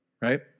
Right